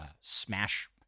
smash